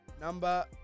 number